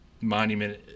monument